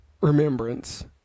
remembrance